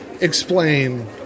explain